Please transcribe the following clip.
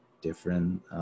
different